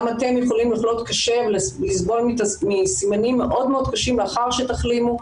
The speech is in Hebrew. גם אתם יכולים לחלות קשה ולסבול מסימנים מאוד מאוד קשה לאחר שתחלימו.